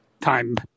time